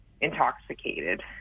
intoxicated